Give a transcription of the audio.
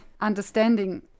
understanding